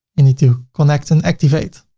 you need to connect and activate.